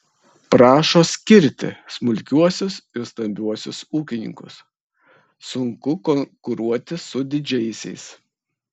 prašo skirti smulkiuosius ir stambiuosius ūkininkus sunku konkuruoti su didžiaisiais